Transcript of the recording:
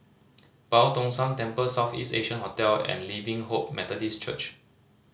Boo Tong San Temple South East Asia Hotel and Living Hope Methodist Church